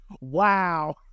wow